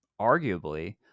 arguably